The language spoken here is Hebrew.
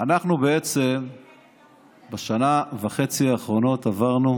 אנחנו בשנה וחצי האחרונות עברנו